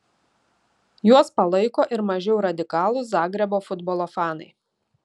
juos palaiko ir mažiau radikalūs zagrebo futbolo fanai